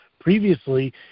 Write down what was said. previously